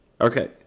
Okay